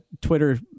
Twitter